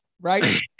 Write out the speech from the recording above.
right